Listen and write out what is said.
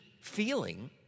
feeling